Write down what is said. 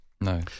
No